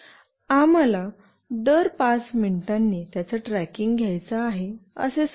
आम्हाला दर 5 मिनिटांनी त्याचा ट्रॅकिंग घ्यायचा आहे असे सांगा